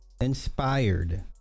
inspired